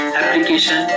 application